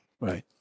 Right